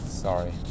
Sorry